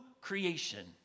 creation